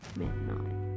midnight